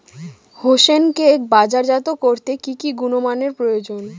হোসেনকে বাজারজাত করতে কি কি গুণমানের প্রয়োজন?